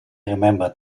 remembered